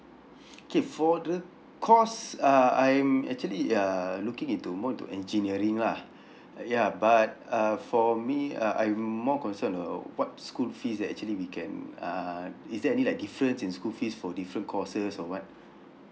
okay for the course uh I'm actually uh looking into more into engineering lah ya but uh for me uh I'm more concerned uh what school fees that actually we can uh is there any like difference in school fees for different courses or what